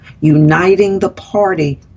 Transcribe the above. uniting-the-party